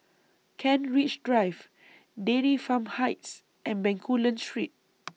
Kent Ridge Drive Dairy Farm Heights and Bencoolen Street